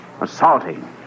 assaulting